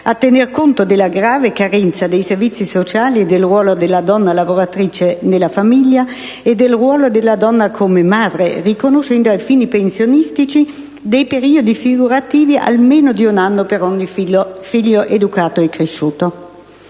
a tenere conto della grave carenza dei servizi sociali e del ruolo della donna lavoratrice nella famiglia e del ruolo della donna come madre, riconoscendo ai fini pensionistici dei periodi figurativi almeno di un anno per ogni figlio educato e cresciuto.